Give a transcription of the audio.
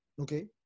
Okay